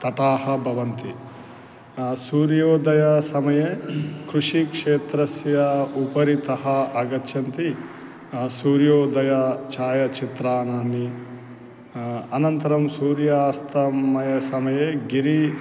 तटाः भवन्ति सूर्योदयसमये कृषिक्षेत्रस्य उपरितः आगच्छन्ति सूर्योदय छायाचित्राणि अनन्तरं सूर्यास्तसमये गिरिः